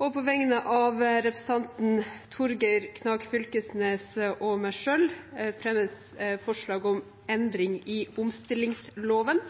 På vegne av representantene Torgeir Knag Fylkesnes og meg selv fremmes forslag om endring i omstillingsloven.